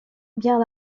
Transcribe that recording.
bien